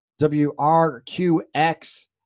WRQX